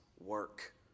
work